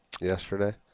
yesterday